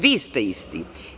Vi ste isti.